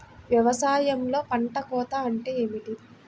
వ్యవసాయంలో పంట కోత అంటే ఏమిటి?